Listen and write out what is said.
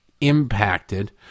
impacted